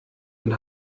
und